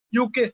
UK